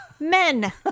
Men